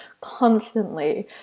constantly